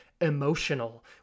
Emotional